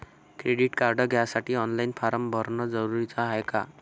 Credit card घ्यासाठी online form भरन जरुरीच हाय का?